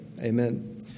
Amen